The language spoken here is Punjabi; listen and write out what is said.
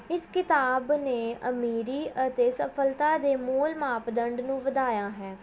ਇਸ ਕਿਤਾਬ ਨੇ ਅਮੀਰੀ ਅਤੇ ਸਫਲਤਾ ਦੇ ਮੂਲ ਮਾਪਦੰਡ ਨੂੰ ਵਧਾਇਆ ਹੈ